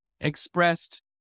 expressed